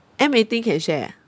M eighteen can share ah